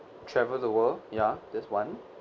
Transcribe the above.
travel the world ya this [one]